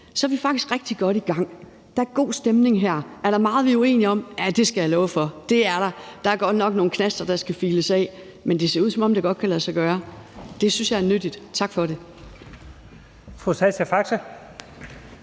er vi faktisk rigtig godt i gang. Der er god stemning her. Er der meget, vi er uenige om? Ja, det skal jeg love for. Det er der. Der er godt nok nogle knaster, der skal files af. Men det ser ud, som om det godt kan lade sig gøre. Det synes jeg er nyttigt. Tak for det.